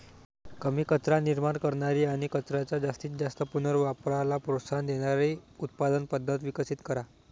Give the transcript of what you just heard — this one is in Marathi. कमी कचरा निर्माण करणारी आणि कचऱ्याच्या जास्तीत जास्त पुनर्वापराला प्रोत्साहन देणारी उत्पादन पद्धत विकसित करा